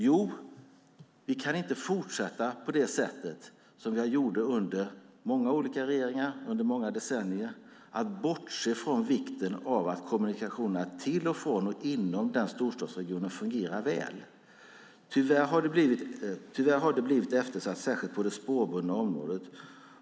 Jo, vi kan inte fortsätta att bortse från vikten av att kommunikationerna till och från och inom storstadsregionen fungerar väl, som vi gjorde under många olika regeringar under många decennier. Tyvärr har det blivit eftersatt, särskilt på det spårbundna området.